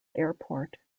airport